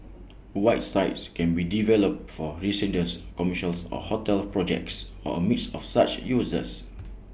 white sites can be developed for residents commercials or hotel projects or A mix of such uses